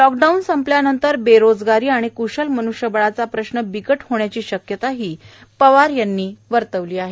lockdown संपल्यानंतर बेरोजगारी आणि क्शल मन्ष्यबळाचा प्रश्न बिकट होण्याची शक्यताही पवार यांनी वर्तवली आहे